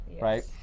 right